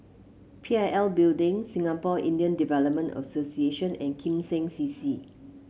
P I L Building Singapore Indian Development Association and Kim Seng C C